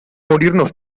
morirnos